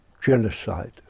genocide